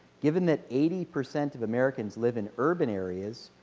given that eighty percent of americans live in urban areas,